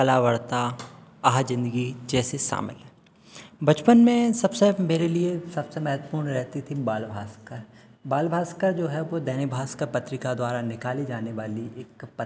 कला वार्ता अहा ज़िन्दगी जैसे सामयिक बचपन में सबसे मेरे लिए सबसे महत्वपूर्ण रहती थी बाल भास्कर बाल भास्कर जो है वह दैनिक भास्कर पत्रिका द्वारा निकाली जानेवाली एक द्वारा निकाली जाने वाली एक